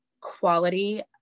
quality